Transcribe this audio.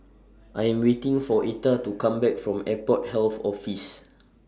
I Am waiting For Etta to Come Back from Airport Health Office